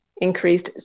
increased